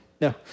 No